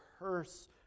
rehearse